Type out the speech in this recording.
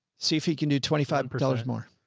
see if he can do twenty five dollars more.